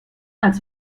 als